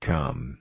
Come